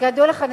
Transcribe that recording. כידוע לך,